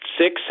six